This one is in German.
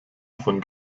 von